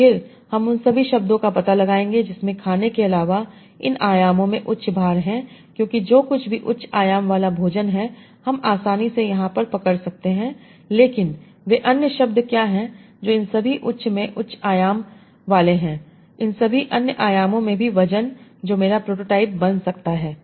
तो फिर हम उन सभी शब्दों का पता लगाएंगे जिनमें खाने के अलावा इन आयामों में उच्च भार हैं क्योंकि जो कुछ भी उच्च आयाम वाला भोजन है हम आसानी से यहां पर पकड़ सकते हैं लेकिन वे अन्य शब्द क्या हैं जो इन सभी उच्च में उच्च आयाम वाले हैं इन सभी अन्य आयामों में भी वजन जो मेरा प्रोटोटाइप बन सकता है